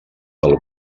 del